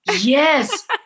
Yes